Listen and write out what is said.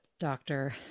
doctor